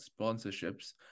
sponsorships